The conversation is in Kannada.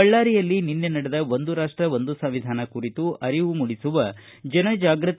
ಬಳ್ಳಾರಿಯಲ್ಲಿ ನಿನ್ನೆ ನಡೆದ ಒಂದು ರಾಷ್ಟ ಒಂದು ಸಂವಿಧಾನ ಕುರಿತು ಅರಿವು ಮೂಡಿಸುವ ಜನ ಜಾಗೃತಿ